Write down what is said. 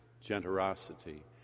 generosity